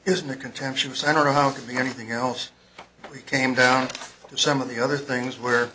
his new contemptuous i don't know how it could be anything else we came down to some of the other things where